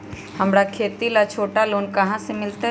हमरा खेती ला छोटा लोने कहाँ से मिलतै?